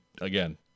again